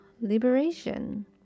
Liberation